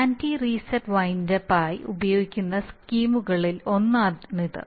anti reset windup ആയി ഉപയോഗിക്കുന്ന സ്കീമുകളിൽ ഒന്നാണിത്